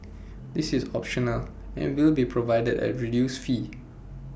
this is optional and will be provided at A reduced fee